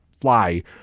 fly